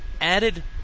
added